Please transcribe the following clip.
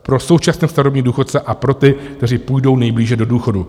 Pro současné starobní důchodce a pro ty, kteří půjdou nejblíže do důchodu.